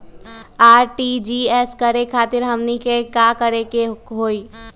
RTGS करे खातीर हमनी के का करे के हो ई?